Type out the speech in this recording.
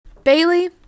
Bailey